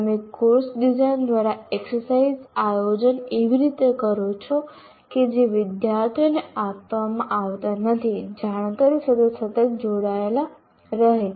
તમે course design દ્વારા exercise આયોજન એવી રીતે કરો છો કે જે વિદ્યાર્થીઓને આપવામાં આવતા નવી જાણકારી સાથે સતત જોડાયેલા રહે